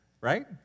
right